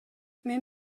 мен